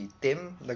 Tim